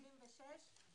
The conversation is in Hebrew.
מתוך ה-276?